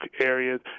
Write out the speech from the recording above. areas